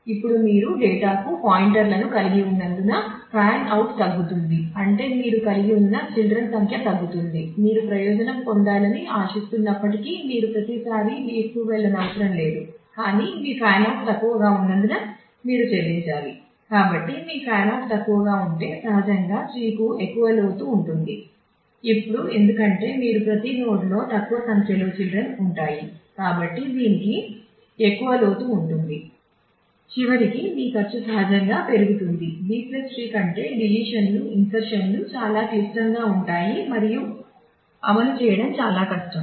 ఇప్పుడు మీరు డేటాకు పాయింటర్లను కలిగి ఉన్నందున ఫ్యాన్ అవుట్ చాలా క్లిష్టంగా ఉంటాయి మరియు అమలు చేయడం చాలా కష్టం